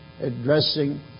addressing